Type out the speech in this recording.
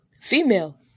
female